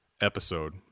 episode